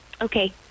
Okay